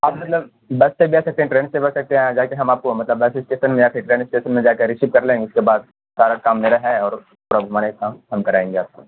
آپ مطلب بس پہ بیٹھ سکتے ہیں ٹرین سے بیٹھ سکتے ہیں جا کے ہم آپ کو مطلب بس اسٹیشن یا پھر ٹرین اسٹیشن میں جا کے رسیو کر لیں گے اس کے بعد سارا کام میرا ہے اور اس کے بعد سارے کام ہم کرائیں گے آپ کا